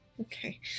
Okay